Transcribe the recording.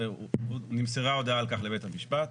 ואז נמסרה הודעה על כך לבית המשפט,